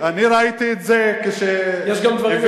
אני ראיתי את זה, יש גם דברים יותר גרועים.